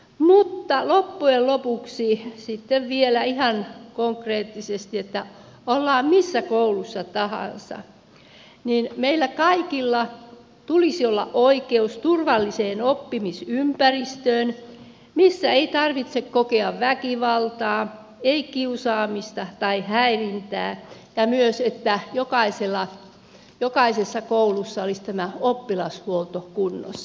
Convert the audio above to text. mutta loppujen lopuksi sitten vielä ihan konkreettisesti että ollaan missä koulussa tahansa niin meillä kaikilla tulisi olla oikeus turvalliseen oppimisympäristöön missä ei tarvitse kokea väkivaltaa ei kiusaamista tai häirintää ja myös että jokaisessa koulussa olisi tämä oppilashuolto kunnossa